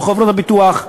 לא חברות הביטוח,